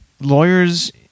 lawyers